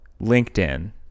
LinkedIn